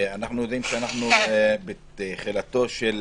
אנחנו יודעים שאנחנו בתחילתו של